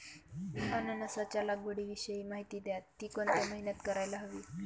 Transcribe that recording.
अननसाच्या लागवडीविषयी माहिती द्या, ति कोणत्या महिन्यात करायला हवी?